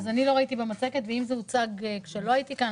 אם זה הוצג כאשר לא הייתי כאן